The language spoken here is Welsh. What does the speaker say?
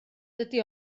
dydy